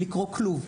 לקרוא כלוב.